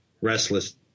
restless